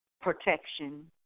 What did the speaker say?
protection